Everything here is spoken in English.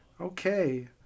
Okay